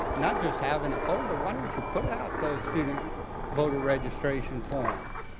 not just have in a folder, why don't you put out those student voter registration forms?